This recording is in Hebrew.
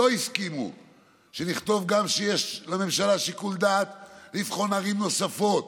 לא הסכימו שנכתוב גם שיש לממשלה שיקול דעת לבחון ערים נוספות.